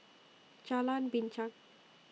Jalan Binchang